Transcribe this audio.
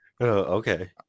Okay